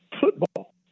football